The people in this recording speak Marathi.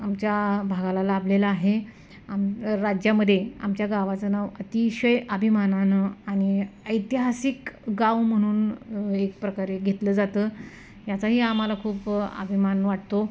आमच्या भागाला लाभलेला आहे आम राज्यामध्ये आमच्या गावाचं नाव अतिशय अभिमानानं आणि ऐतिहासिक गाव म्हणून एक प्रकारे घेतलं जातं याचाही आम्हाला खूप अभिमान वाटतो